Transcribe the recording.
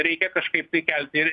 reikia kažkaip tai kelti ir